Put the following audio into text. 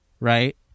right